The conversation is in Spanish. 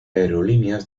aerolíneas